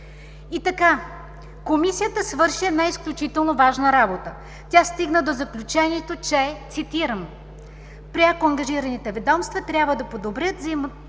И така, Комисията свърши една изключително важна работа. Тя стигна до заключението, че: „Пряко ангажираните ведомства трябва да подобрят взаимната